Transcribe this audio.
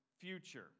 future